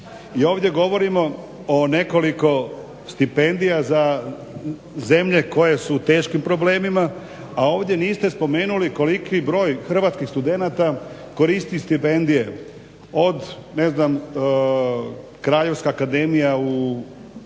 I ovdje govorimo o nekoliko stipendija za zemlje koje su u teškim problemima, a ovdje niste spomenuli koliki broj hrvatskih studenata koristi stipendije od ne znam Kraljevska akademija u Nizozemskoj,